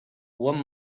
one